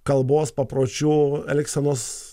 kalbos papročių elgsenos